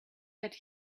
that